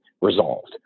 resolved